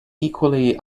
equally